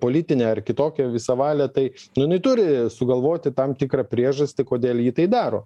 politinę ar kitokią visą valią tai nu jinai turi sugalvoti tam tikrą priežastį kodėl ji tai daro